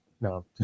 no